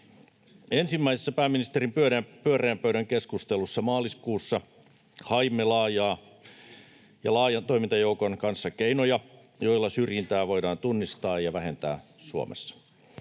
Ensimmäisessä pääministerin pyöreän pöydän keskustelussa maaliskuussa haimme laajan toimintajoukon kanssa keinoja, joilla syrjintää voidaan tunnistaa ja vähentää Suomessa.